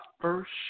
first